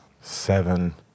Seven